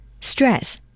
stress